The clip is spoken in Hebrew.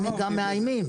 גם מאיימים.